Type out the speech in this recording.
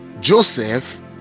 joseph